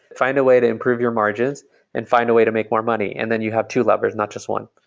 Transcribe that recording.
find a way to improve your margins and find a way to make more money, and then you have two levers, not just one.